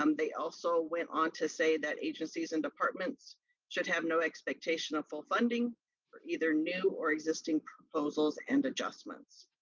um they also went on to say that agencies and departments should have no expectation of full funding for either new or existing proposals and adjustments.